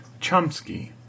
Chomsky